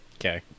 Okay